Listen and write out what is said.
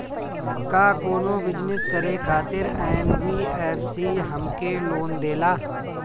का कौनो बिजनस करे खातिर एन.बी.एफ.सी हमके लोन देला?